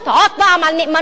עוד פעם על נאמנות.